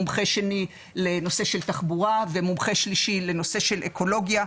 מומחה שני לנושא של תחבורה ומומחה שלישי לנושא של אקולוגיה.